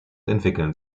entwickeln